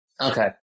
Okay